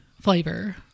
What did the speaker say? flavor